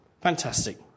Fantastic